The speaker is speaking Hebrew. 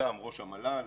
שבמסגרתן ראש המל"ל